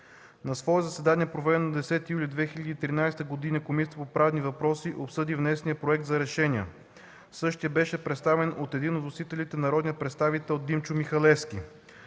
На свое заседание, проведено на 10 юли 2013 г., Комисията по правни въпроси обсъди внесения Проект за решение. Същият беше представен от един от вносителите – народния представител Димчо Михалевски.